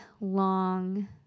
long